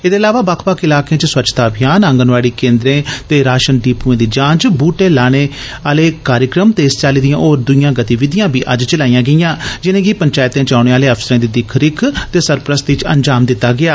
एह्दे इलावा बक्ख बक्ख इलाकें च स्वच्छता अभियान आंगनवाड़ी केंद्रे ते राशन डिपुएं दी जांच बूहटे पौघे लाने आले कार्यक्रम ते इस चाली दियां होर दुईयां गतिविधियां बी अज्ज चलाईयां गेईयां जिनेंगी पंचैतें च औने आले अफसरें दी दिक्ख रिक्ख ते सरपरस्ती च अंजाम दित्ता गेया